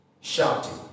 shouting